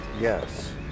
Yes